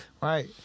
right